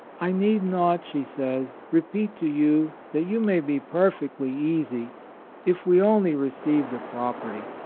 i need not, she says, repeat to you that you may be perfectly easy if we only receive the property.